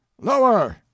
lower